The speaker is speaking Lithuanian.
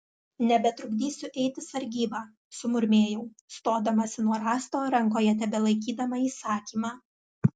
nebetrukdysiu eiti sargybą sumurmėjau stodamasi nuo rąsto rankoje tebelaikydama įsakymą